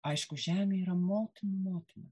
aišku žemė yra motinų motina